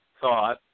thought